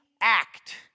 act